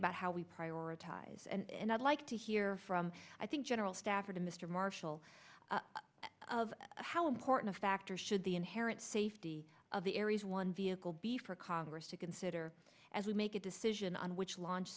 about how we prioritize and i'd like to hear from i think general staff or to mr marshall of how important a factor should the inherent safety of the aries one vehicle be for congress to consider as we make a decision on which launch